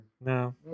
No